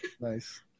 Nice